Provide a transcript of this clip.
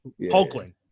hulkling